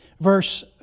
Verse